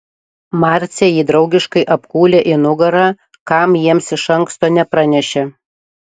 marcė jį draugiškai apkūlė į nugarą kam jiems iš anksto nepranešė